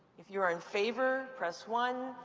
if you're in favor, press one.